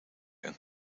een